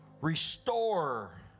restore